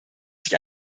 sich